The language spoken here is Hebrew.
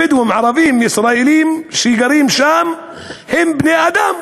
הבדואים הערבים הישראלים שגרים שם הם בני-אדם,